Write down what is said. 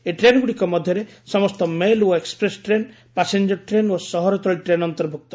ଏହି ଟ୍ରେନ୍ଗୁଡ଼ିକ ମଧ୍ୟରେ ସମସ୍ତ ମେଲ୍ ଓ ଏକ୍କପ୍ରେସ୍ ଟ୍ରେନ୍ ପାସେଞ୍ଜର ଟ୍ରେନ୍ ଓ ସହରତଳି ଟ୍ରେନ୍ ଅନ୍ତର୍ଭୁକ୍ତ